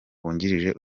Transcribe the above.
wungirije